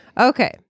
Okay